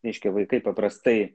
reiškua vaikai paprastai